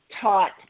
taught